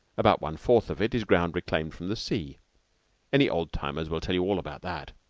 about one fourth of it is ground reclaimed from the sea any old-timers will tell you all about that.